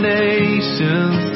nations